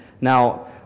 Now